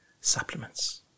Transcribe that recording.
Supplements